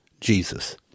Jesus